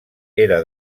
era